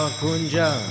kunja